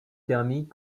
thermique